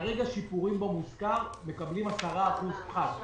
כרגע שיפורים במושכר מקבלים 10% פחת,